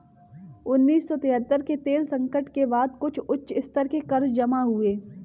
उन्नीस सौ तिहत्तर के तेल संकट के बाद कुछ उच्च स्तर के कर्ज जमा हुए